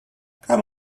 come